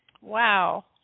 Wow